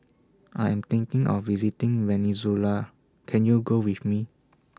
I Am thinking of visiting Venezuela Can YOU Go with Me